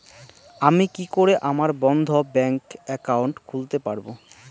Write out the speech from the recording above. আমি কি করে আমার বন্ধ ব্যাংক একাউন্ট খুলতে পারবো?